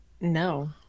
No